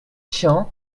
tian